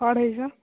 ଅଢ଼େଇଶହ